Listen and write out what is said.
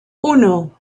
uno